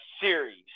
Series